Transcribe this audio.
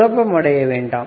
குழப்பம் அடைய வேண்டாம்